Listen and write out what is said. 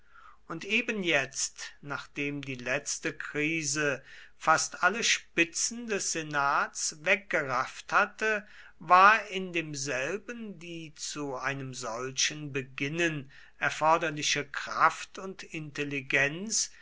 und eben jetzt nachdem die letzte krise fast alle spitzen des senats weggerafft hatte war in demselben die zu einem solchen beginnen erforderliche kraft und intelligenz